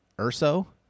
Urso